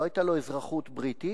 לא היתה לו אזרחות בריטית,